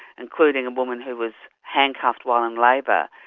including a woman who was handcuffed while in labour.